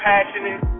passionate